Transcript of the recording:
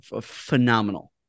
phenomenal